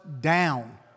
down